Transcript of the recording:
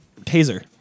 taser